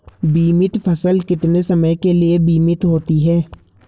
बीमित फसल कितने समय के लिए बीमित होती है?